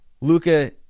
Luca